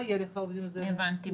הבנתי.